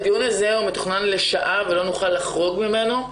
הדיון הזה מתוכנן לשעה, ולא נוכל לחרוג ממנה,